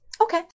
Okay